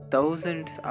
Thousands